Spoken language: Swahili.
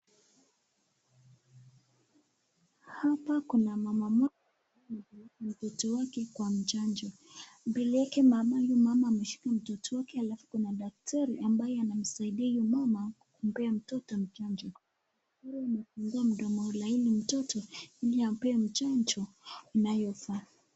Hapa kuna mama mmoja amepeleka mtoto wake kwa chanjo, mbele yake huyu mama ameshika mtoto wake halafu kuna daktari ambaye anamsaidia huyo mama kumpea mtoto chanjo. Daktari amefungua mdomo laini mtoto ili ampee chanjo inayofaa.